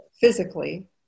physically